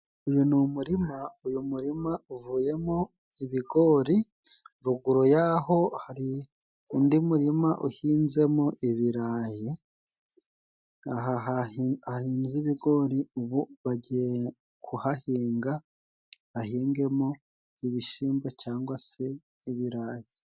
Uyu ni umurima uyu murima uvuyemo ibigori, ruguru yaho hari undi murima uhinzemo ibirayi. Aha hahinze ibigori ubu bagiye kuhahinga bahingemo ibishimbo cyangwa se ibirayi.